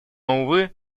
увы